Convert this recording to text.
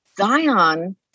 Zion